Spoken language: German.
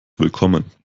willkommen